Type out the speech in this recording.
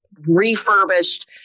Refurbished